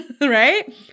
Right